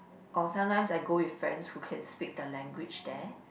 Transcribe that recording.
or sometimes I go with friends who can speak the language there